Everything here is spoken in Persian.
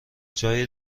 جای